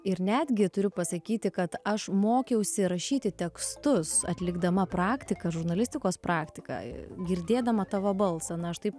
ir netgi turiu pasakyti kad aš mokiausi rašyti tekstus atlikdama praktiką žurnalistikos praktiką girdėdama tavo balsą na aš taip